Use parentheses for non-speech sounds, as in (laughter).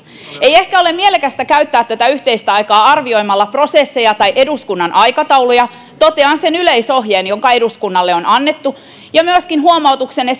ei ehkä ole mielekästä käyttää tätä yhteistä aikaa arvioimalla prosesseja tai eduskunnan aikatauluja totean sen yleisohjeen joka eduskunnalle on annettu ja myöskin huomautuksenne (unintelligible)